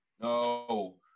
No